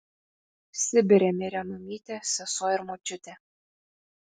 sibire mirė mamytė sesuo ir močiutė